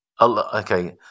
okay